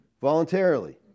voluntarily